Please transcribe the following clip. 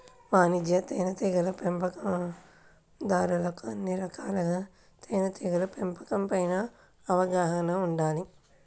వాణిజ్య తేనెటీగల పెంపకందారులకు అన్ని రకాలుగా తేనెటీగల పెంపకం పైన అవగాహన ఉండాలి